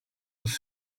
was